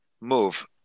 move